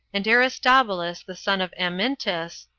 and aristobulus, the son of amyntas,